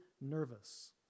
nervous